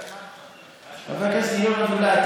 חבר הכנסת ינון אזולאי,